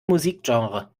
musikgenre